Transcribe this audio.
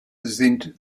sind